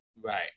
Right